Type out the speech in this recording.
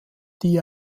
die